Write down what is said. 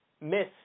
miss